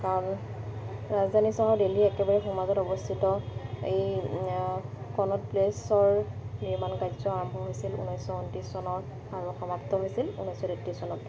কাৰণ ৰাজধানী চহৰ দিল্লী একেবাৰে সুমাজত অৱস্থিত এই কনড প্লেছৰ নিৰ্মাণ কাৰ্য আৰম্ভ হৈছিল ঊনৈছশ ঊনত্ৰিছ চনত আৰু সমাপ্ত হৈছিল ঊনৈছশ তেত্ৰিছ চনত